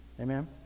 Amen